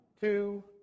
two